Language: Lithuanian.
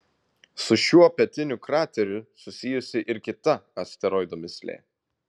su šiuo pietiniu krateriu susijusi ir kita asteroido mįslė